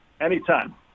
Anytime